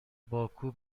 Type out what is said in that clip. باکو